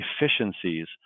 efficiencies